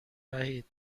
وحید